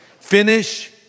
finish